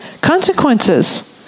consequences